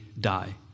die